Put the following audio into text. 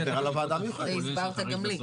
זה הסברת גם לי.